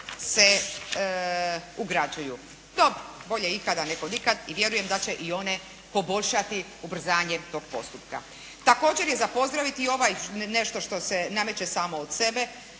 se ugrađuju. No, bolje ikad nego nikad i vjerujem da će i one poboljšati ubrzanje tog postupka. Također je za pozdraviti i ovaj nešto što se nameće samo od sebe